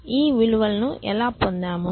ఈ విలువలను ఎలా పొందాము